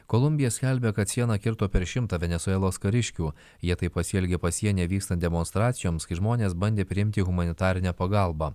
kolumbija skelbia kad sieną kirto per šimtą venesuelos kariškių jie taip pasielgė pasienyje vykstant demonstracijoms kai žmonės bandė priimti humanitarinę pagalbą